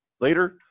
later